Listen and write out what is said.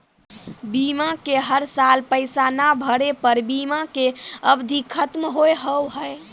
बीमा के हर साल पैसा ना भरे पर बीमा के अवधि खत्म हो हाव हाय?